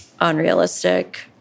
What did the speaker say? unrealistic